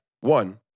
one